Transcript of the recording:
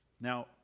Now